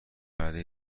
عدهای